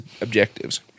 objectives